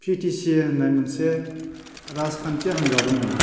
P T C होननाय मोनसे राजखान्थि हानजा दङमोन